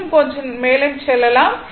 இன்னும் கொஞ்சம் மேலே செல்லலாம்